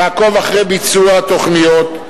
תעקוב אחרי ביצוע התוכניות.